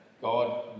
God